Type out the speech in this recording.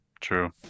True